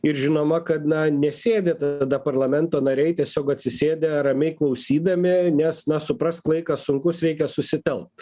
ir žinoma kad na nesėdi tada parlamento nariai tiesiog atsisėdę ramiai klausydami nes na suprask laikas sunkus reikia susitelkt